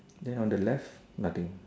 there on the left nothing